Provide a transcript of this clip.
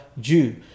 jew